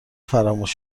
فراموش